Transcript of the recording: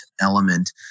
element